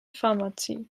pharmazie